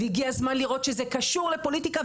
והגיע הזמן לראות שזה קשור לפוליטיקה,